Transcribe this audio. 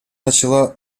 начала